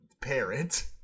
parent